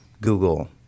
Google